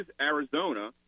Arizona